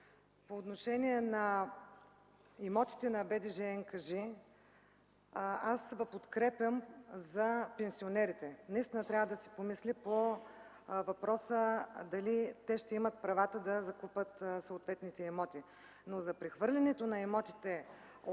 По отношение на имотите на БДЖ и НКЖИ, аз Ви подкрепям за пенсионерите – наистина трябва да се помисли по въпроса дали те ще имат правата да закупуват съответните имоти. Но за прехвърлянето на имотите